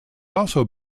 also